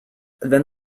then